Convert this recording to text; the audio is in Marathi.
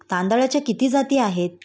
तांदळाच्या किती जाती आहेत?